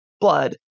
blood